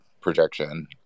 projection